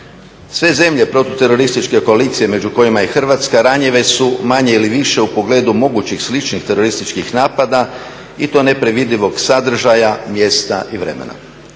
Sve zemlje protuterorističke koalicije među kojima je i Hrvatska ranjive su manje ili više u pogledu mogućih sličnih terorističkih napada i to nepredvidivog sadržaja, mjesta i vremena.